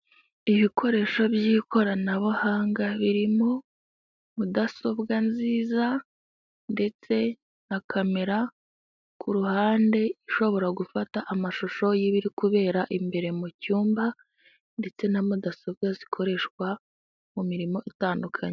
Ibikoresho by'ikoranabuhanga birimo mudasobwa nziza ndetse na kamera ku ruhande ishobora gufata amashusho y'ibiri kubera imbere mu cyumba ndetse na mudasobwa zikoreshwa mu mirimo itandukanye.